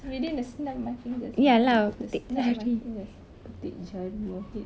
within the snap of my fingers lah with the snap of my fingers petik jari your head